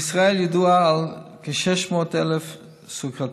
בישראל ידוע על כ-600,000 סוכרתיים,